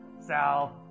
Sal